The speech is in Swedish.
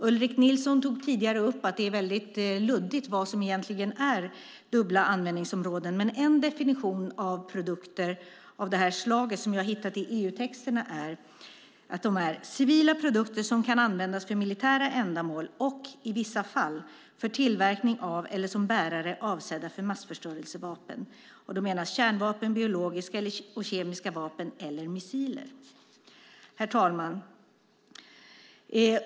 Ulrik Nilsson tog tidigare upp att det är väldigt luddigt vad som egentligen är dubbla användningsområden, men en definition av produkter av det här slaget som jag har hittat i EU-texterna är: "civila produkter som kan användas för militära ändamål och, i vissa fall, för tillverkning eller bärare avsedda för massförstörelsevapen ". Herr talman!